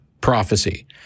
prophecy